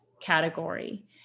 category